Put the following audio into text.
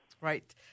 Right